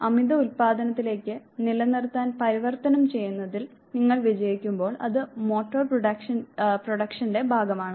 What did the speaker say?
അമിത ഉൽപ്പാദനത്തിലേക്ക് നിലനിർത്തൽ പരിവർത്തനം ചെയ്യുന്നതിൽ നിങ്ങൾ വിജയിക്കുമ്പോൾ അത് മോട്ടോർ പ്രൊഡക്ഷന്റെ ഭാഗമാണ്